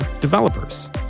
developers